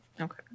Okay